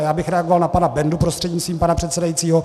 Já bych reagoval na pana Bendu prostřednictvím pana předsedajícího.